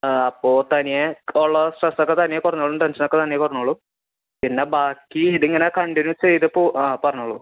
അപ്പോൾ തനിയേ ഉള്ള സ്ട്രെസ്സൊക്കെ തനിയേ കുറഞ്ഞോളും ടെൻഷനൊക്കെ തനിയേ കുറഞ്ഞോളും പിന്നെ ബാക്കി ഇതിങ്ങനെ കണ്ടിന്യൂസ് ചെയ്തു പോ ആ പറഞ്ഞോളു